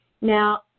Now